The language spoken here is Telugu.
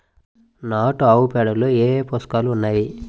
నాటు ఆవుపేడలో ఏ ఏ పోషకాలు ఉన్నాయి?